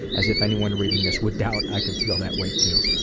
as if anyone reading this would doubt i could feel that way, too.